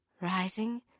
rising